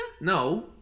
No